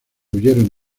huyeron